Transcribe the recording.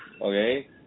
Okay